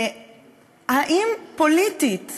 האם פוליטית